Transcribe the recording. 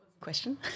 question